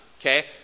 okay